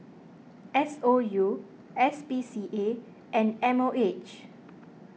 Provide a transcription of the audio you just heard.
S O U S P C A and M O H